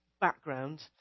background